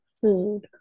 food